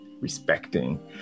respecting